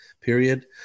period